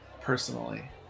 personally